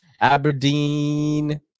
Aberdeen